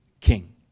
king